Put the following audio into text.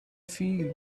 feel